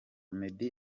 meddy